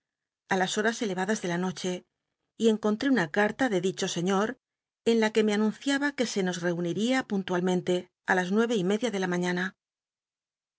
á las horas elevadas de la noche y encontré una carta de dicho señor en la que me anunciaba que se nos reuniría punlualmenle t las nueve y media de la nañana